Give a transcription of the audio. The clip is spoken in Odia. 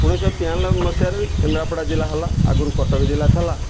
ଉଣେଇଶିଶହ ତେୟାନବେ ମସିହାରେ କେନ୍ଦ୍ରାପଡ଼ା ଜିଲ୍ଲା ହେଲା ଆଗରୁ କଟକ ଜିଲ୍ଲା ଥିଲା